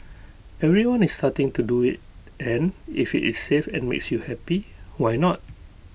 everyone is starting to do IT and if IT is safe and makes you happy why not